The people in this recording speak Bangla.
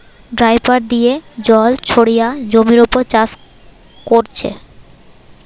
ড্রাইপার দিয়ে জল ছড়িয়ে জমির উপর চাষ কোরছে